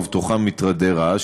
ובתוכם מטרדי רעש,